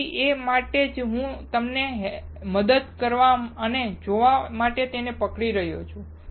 તેથીએ માટે જ હું તમને મદદ કરવા અને જોવા માટે તેને પકડી રહ્યો છું